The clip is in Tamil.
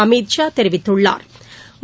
அமித் ஷா தெரிவித்துள்ளாா்